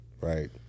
right